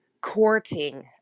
courting